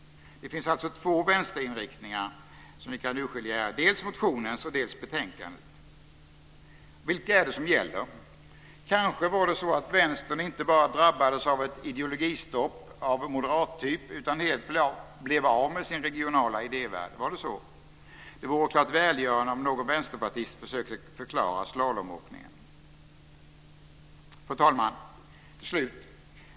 Det finns alltså två vänsterinriktningar som vi kan urskilja här, dels motionens, dels betänkandets. Vilken är det som gäller? Kanske var det så att Vänstern inte bara drabbades av ett ideologistopp av moderattyp utan helt blev av med sin regionala idévärld? Var det så? Det vore klart välgörande om någon vänsterpartist försökte förklara slalomåkningen. Fru talman!